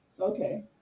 okay